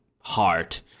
heart